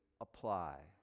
apply